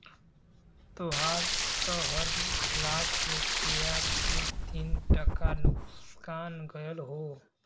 तोहार त हर लाख रुपया पे तीन टका नुकसान गयल हौ